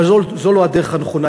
אבל זו לא הדרך הנכונה.